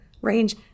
range